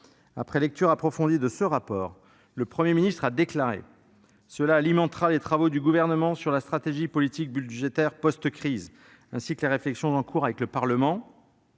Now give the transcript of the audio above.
Après lecture approfondie du travail de Jean Arthuis, le Premier ministre a déclaré :« Ce rapport alimentera les travaux du Gouvernement sur la stratégie politique budgétaire post-crise, ainsi que les réflexions en cours avec le Parlement »,